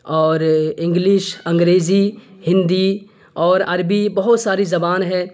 اور انگلش انگریزی ہندی اور عربی بہت ساری زبان ہے